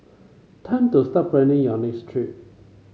time to start planning your next trip